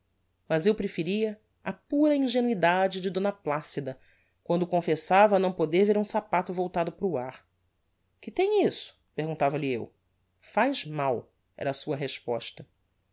mas eu preferia a pura ingenuidade de d placida quando confessava não poder ver um sapato voltado para o ar que tem isso perguntava-lhe eu faz mal era a sua resposta